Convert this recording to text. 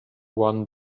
one